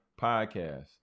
podcast